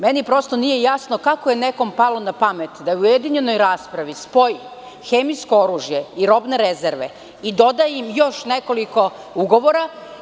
Meni prosto nije jasno kako je nekome palo na pamet da u ujedinjenoj raspravi spoji hemijsko oružje i robne rezerve, i doda im još nekoliko ugovora.